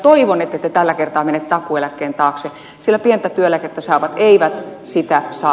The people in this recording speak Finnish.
toivon ettette tällä kertaa mene takuueläkkeen taakse sillä pientä työeläkettä saavat eivät sitä saa